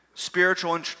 Spiritual